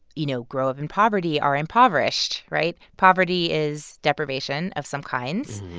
you know, grow up in poverty are impoverished, right? poverty is deprivation of some kinds.